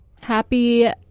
Happy